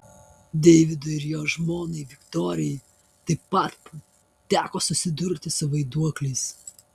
deividui ir jo žmonai viktorijai taip pat teko susidurti su vaiduokliais